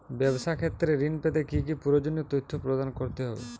ব্যাবসা ক্ষেত্রে ঋণ পেতে কি কি প্রয়োজনীয় তথ্য প্রদান করতে হবে?